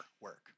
work